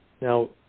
Now